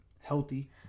healthy